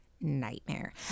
nightmare